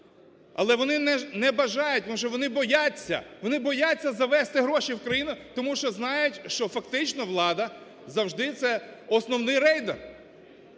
Але вони не бажають, тому що вони бояться, вони бояться завести гроші в країну, тому що знають, що фактично влада завжди – це основний рейдер.